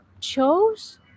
chose